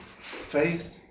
faith